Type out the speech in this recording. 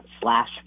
slash